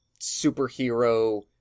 superhero